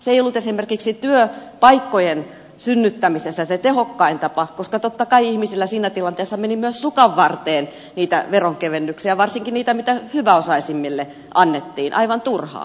se ei ollut esimerkiksi työpaikkojen synnyttämisessä se tehokkain tapa koska totta kai ihmisillä siinä tilanteessa meni myös sukanvarteen niitä veronkevennyksiä varsinkin niitä joita hyväosaisimmille annettiin aivan turhaan